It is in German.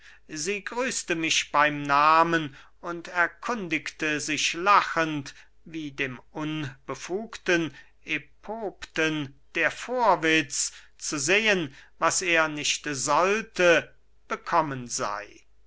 sie grüßte mich beym nahmen und erkundigte sich lachend wie dem unbefugten epopten der vorwitz zu sehen was er nicht sollte bekommen sey